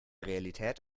realität